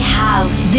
house